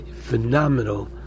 phenomenal